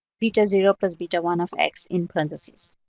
beta zero plus beta one of x in parentheses.